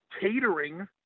catering